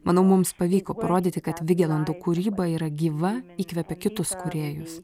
manau mums pavyko parodyti kad vigelando kūryba yra gyva įkvepia kitus kūrėjus